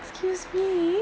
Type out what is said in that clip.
excuse me